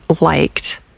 liked